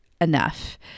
enough